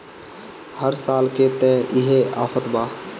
हर साल के त इहे आफत बा